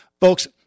Folks